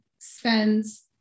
spends